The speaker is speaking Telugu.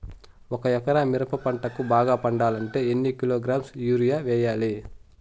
ఒక ఎకరా మిరప పంటకు బాగా పండాలంటే ఎన్ని కిలోగ్రామ్స్ యూరియ వెయ్యాలి?